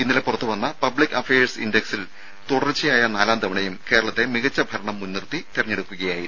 ഇന്നലെ പുറത്തുവന്ന public affairs ഇൻഡക്സിൽ തുടർച്ചയായ നാലാം തവണയും കേരളത്തെ മുൻനിർത്തി മികച്ച ഭരണം തെരഞ്ഞെടുക്കുകയായിരുന്നു